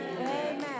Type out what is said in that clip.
Amen